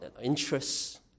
interests